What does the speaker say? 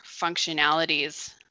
functionalities